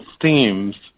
themes